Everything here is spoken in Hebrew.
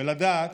ולדעת